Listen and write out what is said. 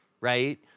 Right